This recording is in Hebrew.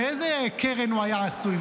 מאיזו קרן הוא היה עשוי,